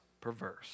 perverse